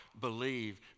believe